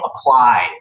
apply